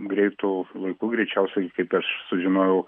greitu laiku greičiausiai kaip aš sužinojau